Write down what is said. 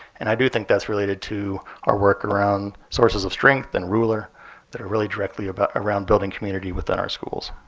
and i do think that's related to our work around sources of strength and ruler that are really directly but around building community within our schools.